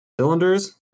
cylinders